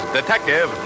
Detective